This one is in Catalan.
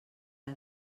pla